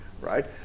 right